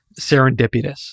serendipitous